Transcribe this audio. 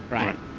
right?